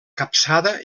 capçada